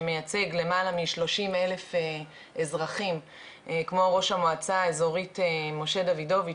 שמייצג למעלה מ- 30,000 אזרחים כמו ראש המועצה האזורית משה דוידוביץ',